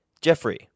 Jeffrey